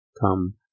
come